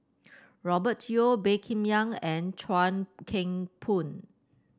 Robert Yeo Baey Yam Keng and Chuan Keng Boon